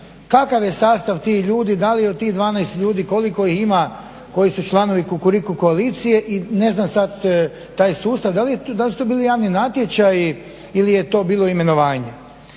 kakav je sastav tih ljudi. Da li od tih 12 ljudi koliko ih ima koji su članovi Kukuriku koalicije i ne znam sad taj sustav, da li su to bili javni natječaji li je to bilo imenovanje?